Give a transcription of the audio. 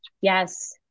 yes